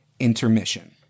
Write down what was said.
Intermission